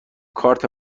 کارت